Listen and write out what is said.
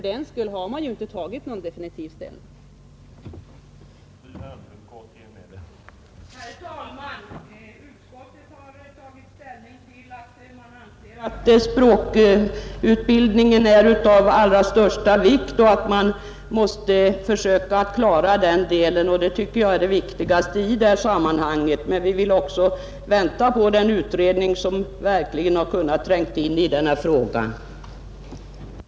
Det innebär ju inte att man tar någon definitiv ställning till dessa önskemål.